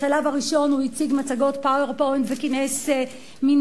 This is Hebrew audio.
בשלב הראשון הוא הציג מצגות PowerPoint וכינס מין